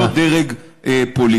לא דרג פוליטי.